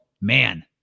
man